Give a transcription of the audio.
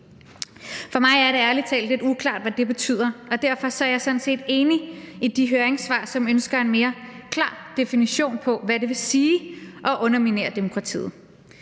For mig er det ærlig talt lidt uklart, hvad det betyder, og derfor er jeg sådan set enig i de høringssvar, som ønsker en mere klar definition på, hvad det vil sige at underminere demokratiet.